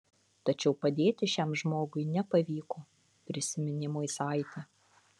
tačiau padėti šiam žmogui nepavyko prisiminė moisaitė